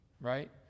right